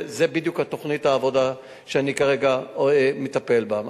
וזו בדיוק תוכנית העבודה שאני כרגע מטפל בה.